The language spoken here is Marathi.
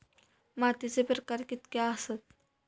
मातीचे प्रकार कितके आसत?